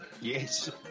Yes